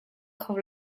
kho